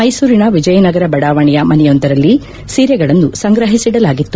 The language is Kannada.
ಮೈಸೂರಿನ ವಿಜಯನಗರ ಬಡಾವಣೆಯ ಮನೆಯೊಂದರಲ್ಲಿ ಸೀರೆಗಳನ್ನು ಸಂಗ್ರಹಿಸಿಡಲಾಗಿತ್ತು